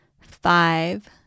five